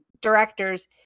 directors